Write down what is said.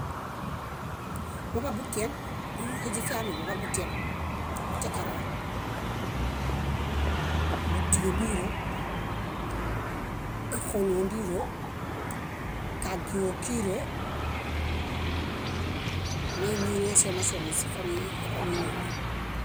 Muḃabutieŋ, íloohe źifiami muḃabutieŋ, butiẽkaroo, búdio ómbiro, éxolu ónduro, kagio ókiro, moimi ílooŝamaŝio, sóźifaniloome.